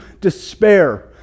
despair